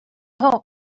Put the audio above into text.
whole